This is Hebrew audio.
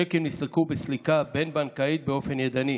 צ'קים נסלקו בסליקה בין-בנקאית באופן ידני.